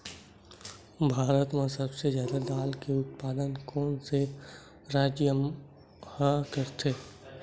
भारत मा सबले जादा दाल के उत्पादन कोन से राज्य हा करथे?